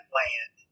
land